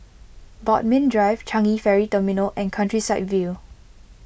Bodmin Drive Changi Ferry Terminal and Countryside View